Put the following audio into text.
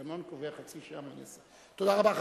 תודה רבה.